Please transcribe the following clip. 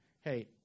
hey